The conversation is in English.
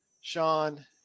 Sean